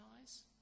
eyes